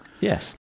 Yes